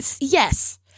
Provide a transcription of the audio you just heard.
Yes